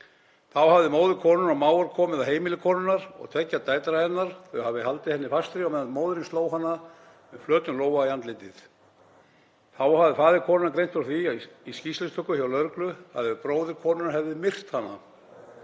Þá hafi móðir konunnar og mágur komið á heimili konunnar og tveggja dætra hennar og þau hafi haldið henni fastri meðan móðirin sló hana með flötum lófa í andlitið. Þá hafi faðir konunnar greint frá því í skýrslutöku hjá lögreglu að ef bróðir konunnar hefði myrt hana